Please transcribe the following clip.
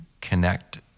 connect